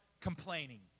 complaining